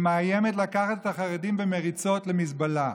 ומאיימת לקחת את החרדים במריצות למזבלה,